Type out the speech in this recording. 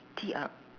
T R